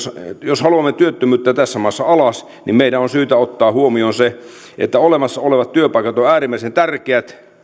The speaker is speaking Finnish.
jos haluamme työttömyyttä tässä maassa alas niin meidän on syytä ottaa huomioon se että olemassa olevat työpaikat ovat äärimmäisen tärkeät